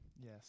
Yes